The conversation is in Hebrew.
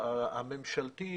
הממשלתית,